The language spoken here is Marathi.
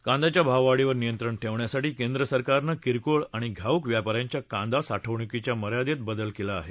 कांद्याच्या भाववाढीवर नियंत्रण ठेवण्यासाठी केंद्र सरकारनं किरकोळ आणि घाऊक व्यापाऱ्यांच्या कांदा साठवणूकीच्या मर्यादेत बदल केला आहे